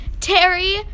Terry